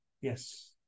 Yes